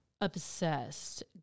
Obsessed